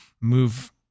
move